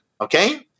Okay